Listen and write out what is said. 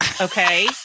Okay